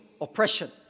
oppression